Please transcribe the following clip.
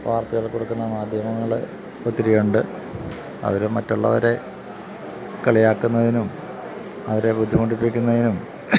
വാർത്തകൾ കൊടുക്കുന്ന മാധ്യമങ്ങളൊത്തിരിയുണ്ട് അവര് മറ്റുള്ളവരെ കളിയാക്കുന്നതിനും അവരെ ബുദ്ധിമുട്ടിപ്പിക്കുന്നതിനും